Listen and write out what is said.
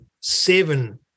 seven